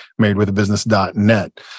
marriedwithabusiness.net